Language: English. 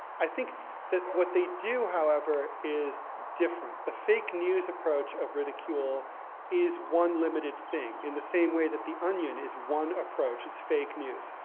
i think that what they do, however, is different. the fake news approach of ridicule is one limited thing, in the same way that the onion is one approach, it's fake news.